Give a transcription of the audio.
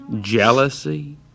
jealousy